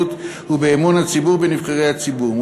ובאמון הציבור בנבחרי הציבור ובמפלגות.